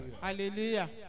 Hallelujah